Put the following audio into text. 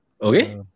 Okay